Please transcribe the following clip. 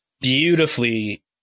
beautifully